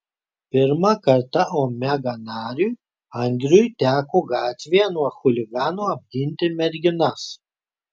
pirmą kartą omega nariui andriui teko gatvėje nuo chuliganų apginti merginas